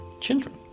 children